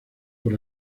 por